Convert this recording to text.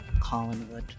Collinwood